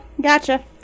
gotcha